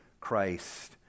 Christ